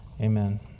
amen